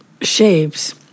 shapes